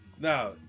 Now